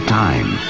time